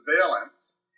surveillance